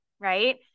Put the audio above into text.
right